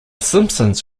simpsons